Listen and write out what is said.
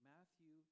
Matthew